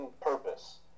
purpose